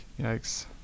yikes